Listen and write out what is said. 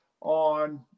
on